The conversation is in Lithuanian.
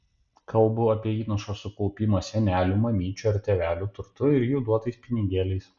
kalbu apie įnašo sukaupimą senelių mamyčių ar tėvelių turtu ir jų duotais pinigėliais